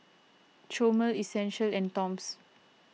Chomel Essential and Toms